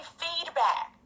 feedback